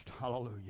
Hallelujah